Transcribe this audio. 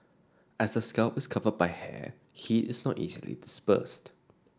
as the scalp is covered by hair heat is not easily dispersed